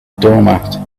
doormat